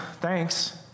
thanks